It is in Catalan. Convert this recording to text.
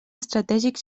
estratègics